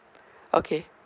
okay